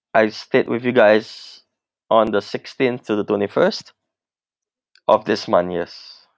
I stayed with you guys on the sixteenth to the twenty first of this month yes